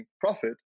profit